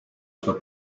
sua